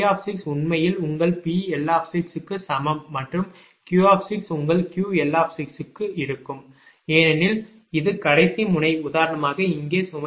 P உண்மையில் உங்கள் PL க்கு சமம் மற்றும் Q உங்கள் QL இருக்கும் ஏனெனில் இது கடைசி முனை உதாரணமாக இங்கே சுமை PL jQL